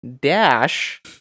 dash